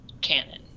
canon